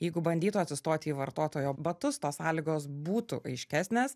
jeigu bandytų atsistoti į vartotojo batus tos sąlygos būtų aiškesnės